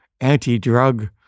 anti-drug